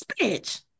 Bitch